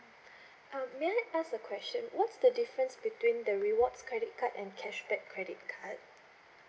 uh may I ask a question what's the difference between the rewards credit card and cashback credit card